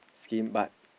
scheme but